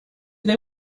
they